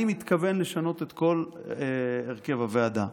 אני מתכוון לשנות את כל הרכב הוועדה.